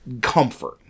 comfort